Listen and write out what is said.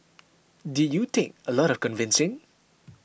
did you take a lot of convincing